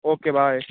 okay bye